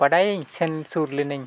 ᱵᱟᱰᱟᱭᱟᱹᱧ ᱥᱮᱱ ᱥᱩᱨ ᱞᱤᱱᱟᱹᱧ